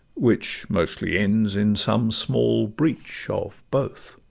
which mostly ends in some small breach of both.